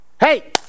hey